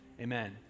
amen